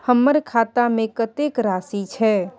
हमर खाता में कतेक राशि छै?